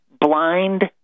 blind